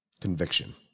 conviction